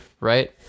right